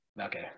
Okay